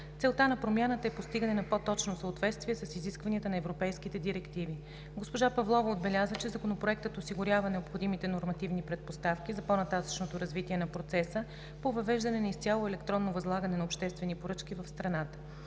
Целта на промяната е постигане на по-точно съответствие с изискванията на европейските директиви. Госпожа Павлова отбеляза, че Законопроектът осигурява необходимите нормативни предпоставки за по-нататъшното развитие на процеса по въвеждане на изцяло електронно възлагане на обществени поръчки в страната.